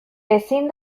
ezin